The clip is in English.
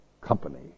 company